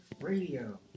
Radio